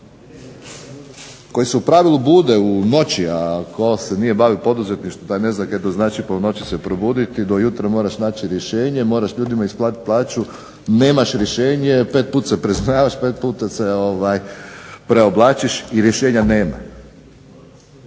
koji su u pravilu bude u noći, a tko se nije bavio poduzetništvom taj ne zna što to znači po noći se probudit i do jutra moraš naći rješenje, moraš ljudima isplatit plaću, nemaš rješenje, pet put se preznojavaš, pet puta se preoblačiš i rješenja nema.